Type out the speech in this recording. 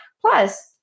Plus